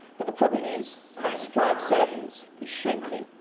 but the problem is that the supply of servants is shrinking.